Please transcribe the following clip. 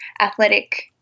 athletic